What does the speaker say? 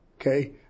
Okay